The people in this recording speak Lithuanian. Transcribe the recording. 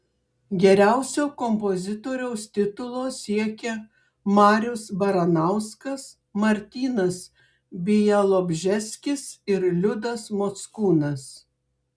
geriausio kompozitoriaus titulo siekia marius baranauskas martynas bialobžeskis ir liudas mockūnas